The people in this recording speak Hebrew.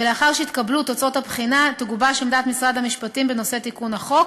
ולאחר שיתקבלו תוצאות הבחינה תגובש עמדת משרד המשפטים בנושא תיקון החוק,